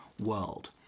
world